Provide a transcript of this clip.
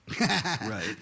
Right